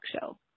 show